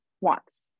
wants